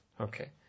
Okay